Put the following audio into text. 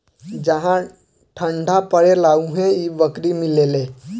जहा ठंडा परेला उहे इ बकरी मिलेले